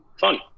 Fun